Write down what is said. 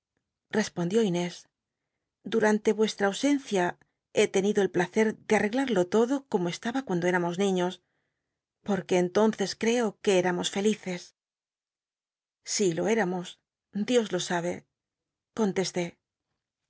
respondió inés durantc yucstra ausencia he tenido el placer de arrcglal'lo todo como estaba cuando émmos niños porque entonces ci'co que éramos felices si lo éramos dios lo sabe contesté